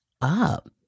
up